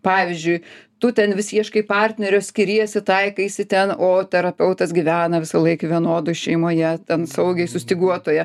pavyzdžiui tu ten vis ieškai partnerio skiriesi taikaisi ten o terapeutas gyvena visąlaik vienodoj šeimoje ten saugiai sustyguotoje